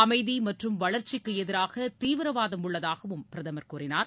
அமைதி மற்றும் வளர்ச்சிக்கு எதிராக தீவிரவாதம் உள்ளதாகவும் பிரதமர் கூறினார்